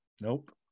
Nope